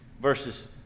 verses